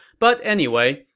but anyway,